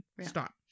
stop